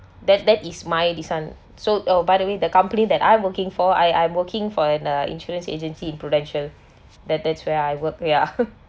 that that is my so oh by the way the company that I working for I I'm working for in uh insurance agency in Prudential that that's where I work ya